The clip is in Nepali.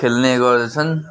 खेल्ने गर्दछन्